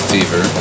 Fever